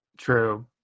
true